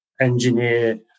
engineer